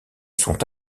sont